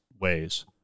ways